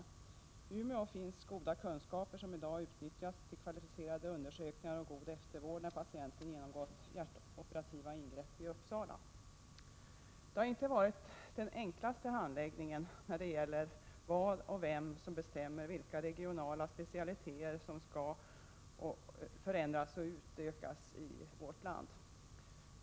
I Umeå finns goda kunskaper, som i dag utnyttjas vid kvalificerade undersökningar och god eftervård när patienterna har genomgått hjärtoperativa ingrepp i Uppsala. Det har inte varit den enklaste handläggningen när det gällt att finna ut vad och vem som avgör vilka specialiteter som skall förändras och utökas i vårt land.